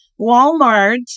Walmart